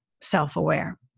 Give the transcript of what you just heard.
self-aware